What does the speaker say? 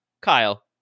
Kyle